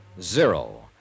zero